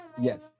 yes